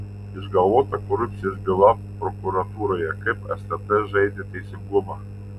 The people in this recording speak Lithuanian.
išgalvota korupcijos byla prokuratūroje kaip stt žaidė teisingumą